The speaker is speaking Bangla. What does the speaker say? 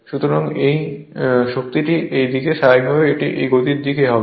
সুতরাং এটি শক্তির দিক এবং স্বাভাবিকভাবেই এটি গতির দিক হবে